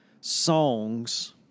songs